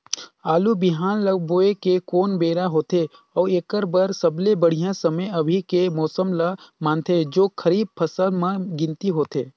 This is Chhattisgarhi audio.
आलू बिहान ल बोये के कोन बेरा होथे अउ एकर बर सबले बढ़िया समय अभी के मौसम ल मानथें जो खरीफ फसल म गिनती होथै?